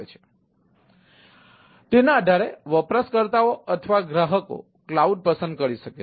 તેથી તેના આધારે વપરાશકર્તાઓ અથવા ગ્રાહકો ક્લાઉડ પસંદ કરી શકે છે